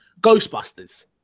Ghostbusters